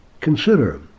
Consider